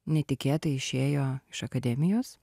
netikėtai išėjo iš akademijos